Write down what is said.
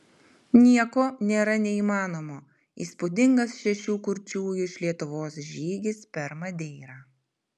nieko nėra neįmanomo įspūdingas šešių kurčiųjų iš lietuvos žygis per madeirą